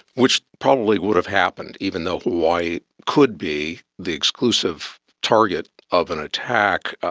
which probably would have happened. even though hawaii could be the exclusive target of an attack,